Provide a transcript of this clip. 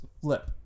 flip